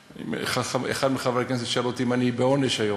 אחד מחברי הכנסת שאל אותי אם אני בעונש היום.